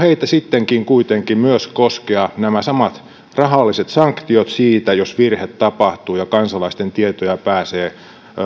myös heitä sittenkin kuitenkin koskea nämä samat rahalliset sanktiot siitä jos virhe tapahtuu ja kansalaisten tietoja pääsee